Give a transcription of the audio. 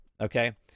okay